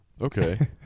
Okay